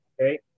Okay